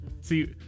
See